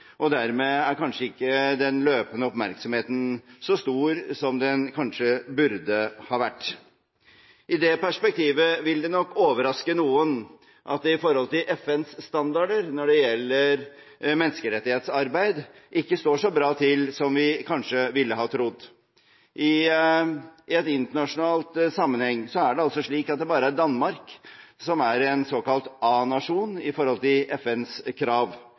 Og dermed er kanskje ikke den løpende oppmerksomheten så stor som den kanskje burde ha vært. I det perspektivet vil det nok overraske noen at det i forhold til FNs standarder når det gjelder menneskerettighetsarbeid, ikke står så bra til som vi kanskje trodde. I en internasjonal sammenheng er det altså bare Danmark som er en såkalt A-nasjon i forhold til FNs krav.